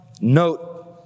note